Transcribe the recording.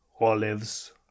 olives